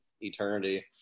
eternity